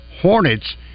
hornets